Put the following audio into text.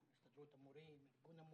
הסתדרות המורים, ארגון המורים,